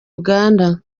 uganda